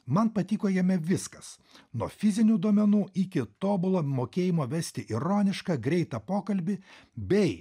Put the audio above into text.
man patiko jame viskas nuo fizinių duomenų iki tobulo mokėjimo vesti ironišką greitą pokalbį bei